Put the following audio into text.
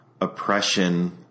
oppression